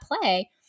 play